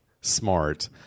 smart